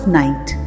night